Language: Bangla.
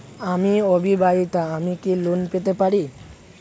আমি অবিবাহিতা আমি কি লোন পেতে পারি?